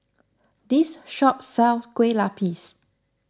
this shop sells Kueh Lapis